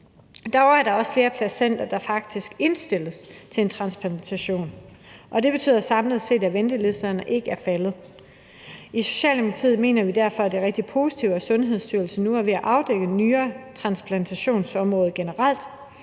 der er også flere patienter, der faktisk indstilles til en transplantation. Det betyder samlet set, at antallet på ventelisterne ikke er faldet. I Socialdemokratiet mener vi derfor, det er rigtig positivt, at Sundhedsstyrelsen nu er ved at afdække nyretransplantationsområdet generelt,